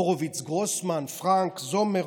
הורוביץ, גרוסמן, פרנק, זומר,